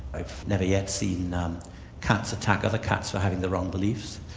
i've never yet seen um cats attack other cats for having the wrong beliefs,